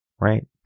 right